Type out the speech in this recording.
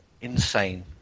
Insane